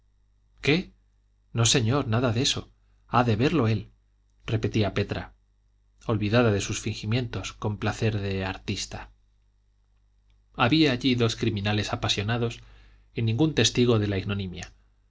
qué no señor nada de eso ha de verlo él repetía petra olvidada de sus fingimientos con placer de artista había allí dos criminales apasionados y ningún testigo de la ignominia